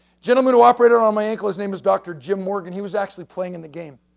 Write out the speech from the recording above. gentleman who operated on my ankle, his name is dr. jim morgan, he was actually playing in the game.